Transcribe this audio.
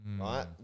right